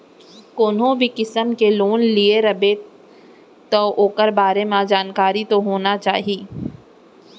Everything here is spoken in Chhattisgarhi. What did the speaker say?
कोनो भी किसम के लोन लिये रबे तौ ओकर बारे म जानकारी तो होने चाही